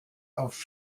auf